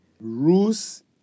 rules